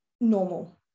normal